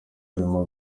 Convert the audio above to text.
arimo